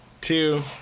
Two